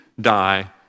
die